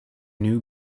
new